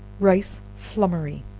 rice flummery.